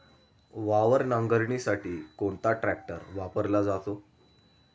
वावर नांगरणीसाठी कोणता ट्रॅक्टर वापरला जातो?